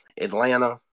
Atlanta